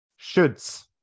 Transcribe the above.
Shoulds